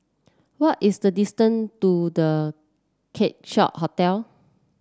what is the distance to The Keong Saik Hotel